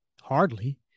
Hardly